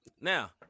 Now